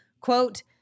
quote